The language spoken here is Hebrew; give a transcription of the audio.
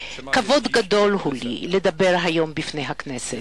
כבוד הוא לי לדבר היום בפני הכנסת.